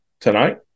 tonight